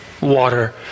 Water